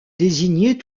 désignait